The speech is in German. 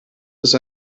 ist